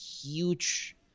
huge